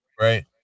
right